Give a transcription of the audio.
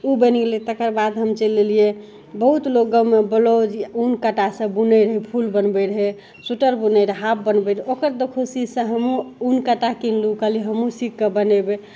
उ बनि गेलय तकरबाद हम चलि अयलियै बहुत लोग गाँवमे ब्लाउज ऊन काँटासँ बुनय रहय फूल बनबय रहय स्वेटर बुनय रहय हाफ बनबय रहय ओकर देखौंसीसँ हमहुँ ऊन काँटा किनलहुँ कहलियै हमहुँ सीखकऽ बनेबय